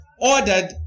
ordered